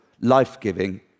life-giving